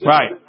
Right